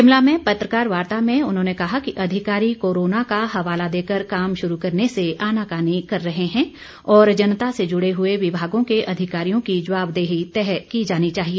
शिमला में पत्रकार वार्ता में उन्होंने कहा कि अधिकारी कोरोना का हवाला देकर काम शुरू करने से आनाकानी कर रहे हैं और जनता से जुड़े हुए विभागों के अधिकारियों की जवाबदेही तय की जानी चाहिए